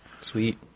sweet